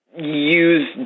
use